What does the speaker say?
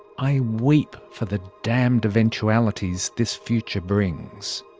i weep for the damned eventualities this future brings.